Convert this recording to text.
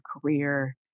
career